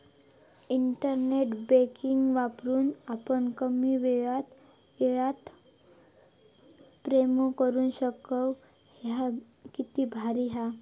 internet banking वापरून आपण कमी येळात पेमेंट करू शकतव, ह्या किती भारी हां